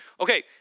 Okay